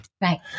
Right